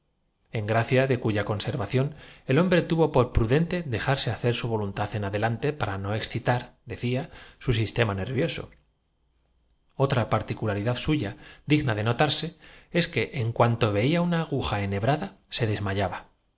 gracia de cuya conservación el hombre tuvo por pru en gracia de los beneficios dente dejarle hacer su voluntad en adelante para no que reportaron á la cien cia excitar decía su sistema nervioso otra particulari dad suya digna de notarse es que en cuanto veía una murió también por